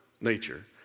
nature